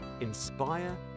inspire